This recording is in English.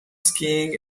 skiing